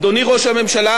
אדוני ראש הממשלה,